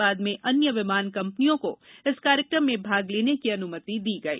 बाद में अन्य विमान कंपनियों को इस कार्यक्रम में भाग लेने की अनुमति दी गई